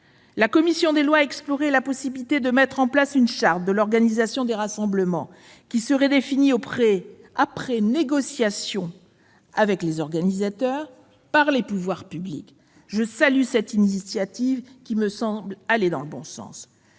La commission des lois a exploré la possibilité de mettre en place une charte de l'organisation des rassemblements, qui serait définie, après négociation avec les organisateurs, par les pouvoirs publics. Je salue cette initiative, qui me semble aller dans le bon sens.